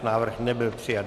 Návrh nebyl přijat.